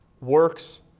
works